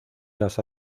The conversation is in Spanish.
las